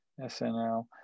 SNL